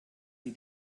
sie